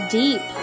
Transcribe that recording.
deep